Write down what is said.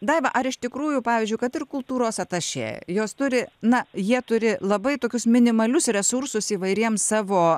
daiva ar iš tikrųjų pavyzdžiui kad ir kultūros atašė jos turi na jie turi labai tokius minimalius resursus įvairiems savo